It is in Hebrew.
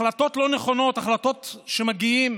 החלטות לא נכונות, החלטות שמגיעים